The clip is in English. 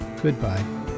Goodbye